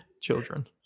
children